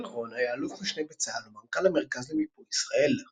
אביאל רון היה אלוף-משנה בצה"ל ומנכ"ל המרכז למיפוי ישראל.